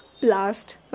blast